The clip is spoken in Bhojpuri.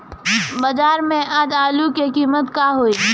बाजार में आज आलू के कीमत का होई?